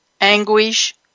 anguish